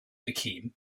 became